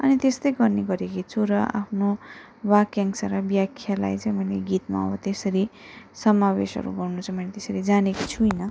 अनि त्यस्तै गर्ने गरेकी छु र आफ्नो वाक्यांश र व्याख्यालाई चाहिँ मैले गीतमा अब त्यसरी समावेशहरू गर्नु चाहिँ मैले त्यसरी जानेको छुइनँ